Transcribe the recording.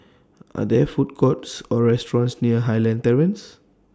Are There Food Courts Or restaurants near Highland Terrace